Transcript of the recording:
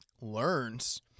learns